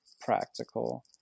practical